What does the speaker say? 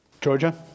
Georgia